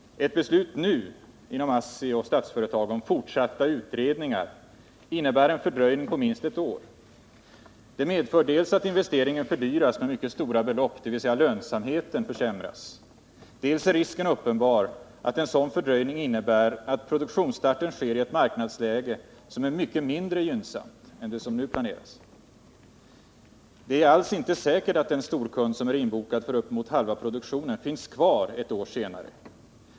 Ett beslut nu inom ASSI och Statsföretag om fortsatta utredningar innebär en fördröjning på minst ett år. Dels medför det att investeringen fördyras med mycket stora belopp, dvs. att lönsamheten försämras, dels är risken uppenbar att en sådan fördröjning innebär att produktionsstarten sker i ett marknadsläge som är mycket mindre gynnsamt än vad som nu förväntas. Det är alls inte säkert att den storkund som är inbokad för uppemot halva produktionen finns kvar ett år senare.